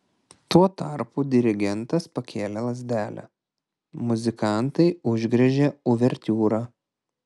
tuo tarpu dirigentas pakėlė lazdelę muzikantai užgriežė uvertiūrą